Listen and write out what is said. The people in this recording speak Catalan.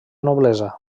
noblesa